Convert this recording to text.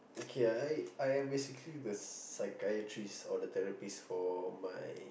okay I I am basically the psychiatrist or the therapist for my